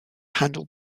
handled